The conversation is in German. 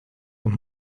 und